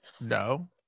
No